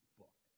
book